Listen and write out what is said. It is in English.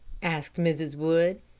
asked mrs. wood.